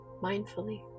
mindfully